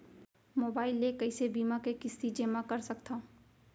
Mobile ले कइसे बीमा के किस्ती जेमा कर सकथव?